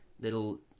little